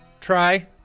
Try